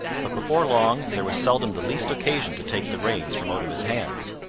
but before long there was seldom the least occasion to take the reins from out of his hands.